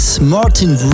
Martin